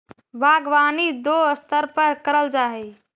बागवानी दो स्तर पर करल जा हई